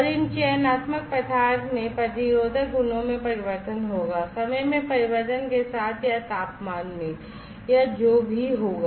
और इन चयनात्मक पदार्थ में प्रतिरोधक गुणों में परिवर्तन होगा समय में परिवर्तन के साथ या तापमान में या जो भी होगा